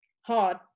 hard